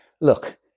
look